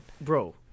Bro